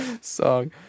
song